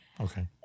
Okay